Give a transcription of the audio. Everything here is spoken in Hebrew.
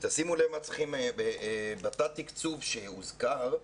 בתת תקצוב שהוזכר,